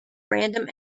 random